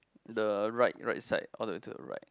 the right right side all the way to the right